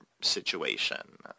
situation